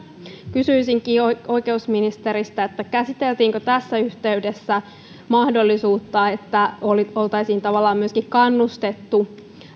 kysyisinkin oikeusministeriltä käsiteltiinkö tässä yhteydessä mahdollisuutta että oltaisiin tavallaan myöskin kannustettu